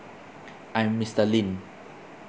I'm mister lim